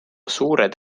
suured